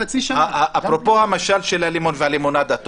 אפרופו המשל של הלימון והלימונדה,